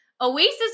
Oasis